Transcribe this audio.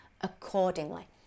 accordingly